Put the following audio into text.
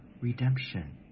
redemption